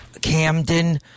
Camden